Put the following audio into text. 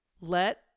Let